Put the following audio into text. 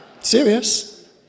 Serious